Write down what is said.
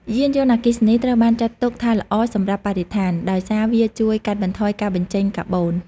យានយន្តអគ្គិសនីត្រូវបានចាត់ទុកថាល្អសម្រាប់បរិស្ថាន ដោយសារវាជួយកាត់បន្ថយការបញ្ចេញកាបូន។